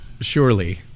surely